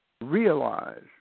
realize